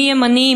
מי ימני,